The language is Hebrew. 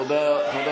תודה.